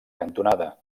cantonada